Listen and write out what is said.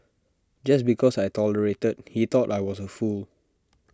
just because I tolerated he thought I was A fool